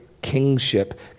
kingship